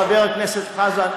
חבר הכנסת חזן,